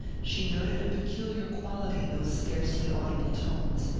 she noted a peculiar quality in those scarcely audible tones,